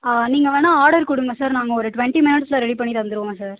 நீங்கள் வேணால் ஆர்டர் கொடுங்க சார் நாங்கள் ஒரு டுவெண்ட்டி மினிட்ஸில் ரெடி பண்ணி தந்துடுவோங்க சார்